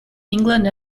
england